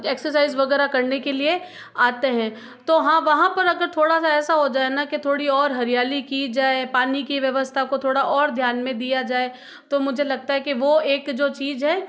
exercise वगैरह करने के लिए आते हैं तो हाँ वहाँ पर अगर थोड़ा सा ऐसा हो जाए ना की थोड़ी और हरियाली की जाए पानी की व्यवस्था को थोड़ा और ध्यान में दिया जाए तो मुझे लगता है की वो एक जो चीज़ है